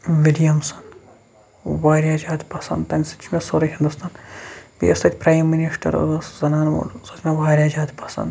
ورایاہ زیادٕ پَسند تہٕ تَمہِ سۭتۍ چھُ مےٚ سورُے ہِندوستان بیٚیہِ یۄس تَتہِ پرایم مِنسٹر ٲسۍ زَنانہٕ سۄ چھےٚ مےٚ واریاہ زیادٕ پَسند